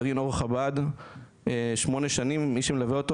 גרעין אור חב"ד שמונה שנים מי שמלווה אותו